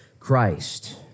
Christ